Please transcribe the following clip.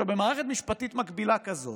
במערכת משפטית מקבילה כזאת,